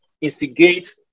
instigate